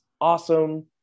awesome